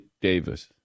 Davis